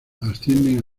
ascienden